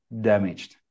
damaged